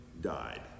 died